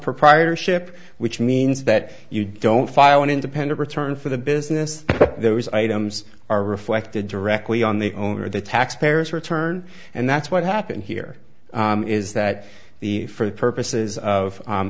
proprietorship which means that you don't file an independent return for the business those items are reflected directly on the owner of the taxpayer's return and that's what happened here is that the for the purposes of